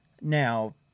Now